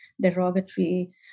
derogatory